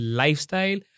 lifestyle